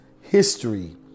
history